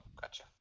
gotcha